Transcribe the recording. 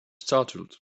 startled